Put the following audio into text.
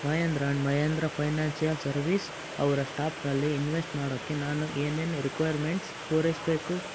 Mahendra and Mahindra financial service ಅವರ ಸ್ಟಾಪ್ನಲ್ಲಿ invest ಮಾಡೋಕೆ ನಾನು ಏನೇನು ರಿಕ್ವೈರ್ಮೆಂಟ್ಸ್ ಪೂರೈಸಬೇಕು